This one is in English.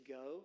go